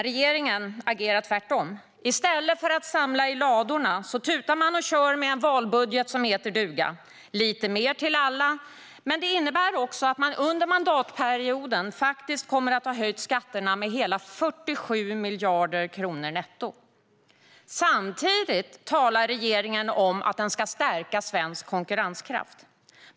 Regeringen agerar dock tvärtom. I stället för att samla i ladorna tutar man och kör med en valbudget som heter duga. Man ger lite mer till alla, men det innebär också att man under mandatperioden kommer att ha höjt skatterna med hela 47 miljarder kronor netto. Samtidigt talar regeringen om att man ska stärka svensk konkurrenskraft.